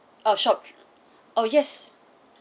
oh shop oh yes